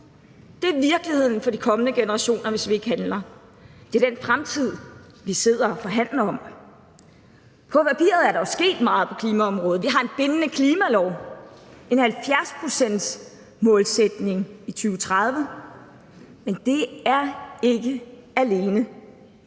Det er virkeligheden for de kommende generationer, hvis vi ikke handler. Det er den fremtid, vi sidder og forhandler om. På papiret er der jo sket meget på klimaområdet. Vi har en bindende klimalov, en 70-procentsmålsætning i 2030, men det er ikke nok